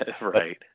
Right